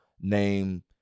name